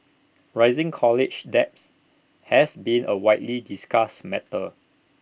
rising college debts has been A widely discussed matter